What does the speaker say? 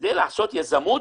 כדי לעשות יזמות